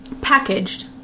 packaged